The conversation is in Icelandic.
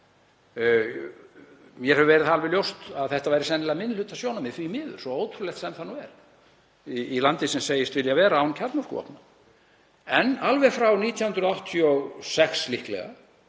Mér hefur verið það alveg ljóst að þetta væri sennilega minnihlutasjónarmið, því miður, svo ótrúlegt sem það nú er í landi sem segist vilja vera án kjarnorkuvopna. En alveg frá 1986, líklega,